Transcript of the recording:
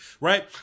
right